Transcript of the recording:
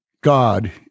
God